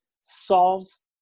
solves